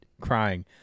crying